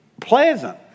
pleasant